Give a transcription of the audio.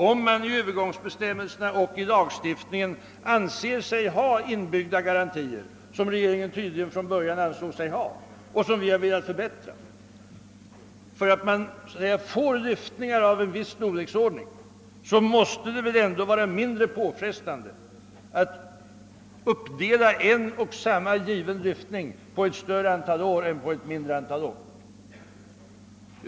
Om man i Öövergångsbestämmelserna och i lagstiftningen anser sig ha inbyggda garantier, som regeringen tydligen från början ansåg sig ha och som vi har velat förbättra, för att få fram en gräns för lyftningen av bostadskostnaderna, måste det väl ändå vara mindre påfrestande att uppdela en given lyftning på ett större antal år än på ett mindre antal år.